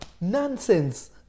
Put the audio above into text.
nonsense